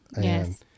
Yes